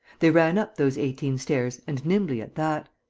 they ran up those eighteen stairs and nimbly at that!